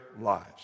lives